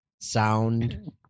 sound